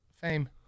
fame